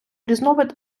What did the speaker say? різновид